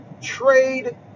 trade